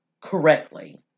correctly